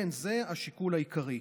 כן, זה השיקול העיקרי,